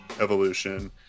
evolution